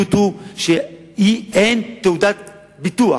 המדיניות היא שאין תעודת ביטוח,